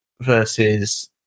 versus